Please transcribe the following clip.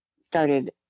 started